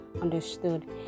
understood